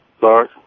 Sorry